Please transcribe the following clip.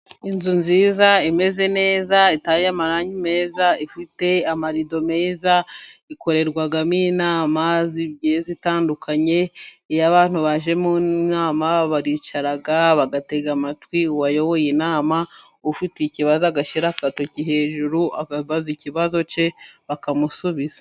Inzu nziza imeze neza, iteye amarangi meza, ifite amarido meza. Ikorerwamo inama zigiye zitandukanye. Iyo abantu baje mu nama baricara bagatega amatwi uwayoboye inama, ufite ikibazo agashyira agatoki hejuru akabaza ikibazo cye bakamusubiza.